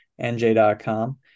NJ.com